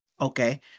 Okay